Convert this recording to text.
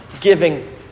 giving